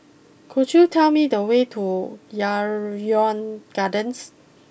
could you tell me the way to Yarrow Gardens